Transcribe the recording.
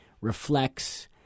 reflects